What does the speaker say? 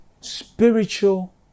spiritual